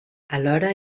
alhora